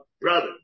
brother